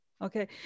Okay